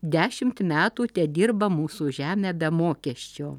dešimt metų tedirba mūsų žemę be mokesčio